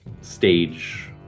stage